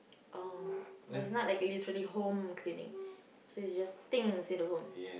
oh oh it's not like literally home cleaning so is just think is in a home